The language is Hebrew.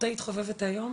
ספורטאית חובבת היום.